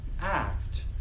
act